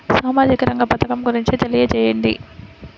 సామాజిక రంగ పథకం గురించి తెలియచేయండి?